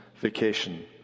vacation